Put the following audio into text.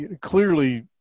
clearly